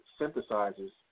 synthesizes